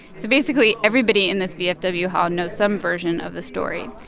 so basically, everybody in this vfw hall knows some version of the story.